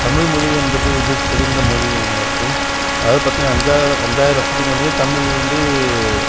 தமிழ் மொழி என்பது ஒரு சிறந்த மொழி எல்லோருக்கும் அதாவது பார்த்திங்கன்னா அஞ்சாயிரம் வருஷத்துக்கு முன்னாடியே தமிழ் வந்து